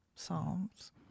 psalms